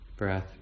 breath